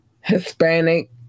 Hispanic